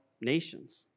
nations